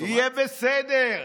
יהיה בסדר.